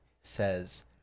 says